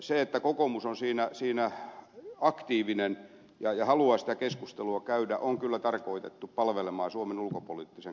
se että kokoomus on siinä aktiivinen ja haluaa sitä keskustelua käydä on kyllä tarkoitettu palvelemaan suomen ulkopoliittisen